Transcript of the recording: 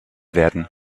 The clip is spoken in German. werden